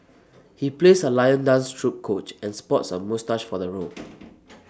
he plays A lion dance troupe coach and sports A moustache for the role